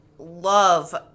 love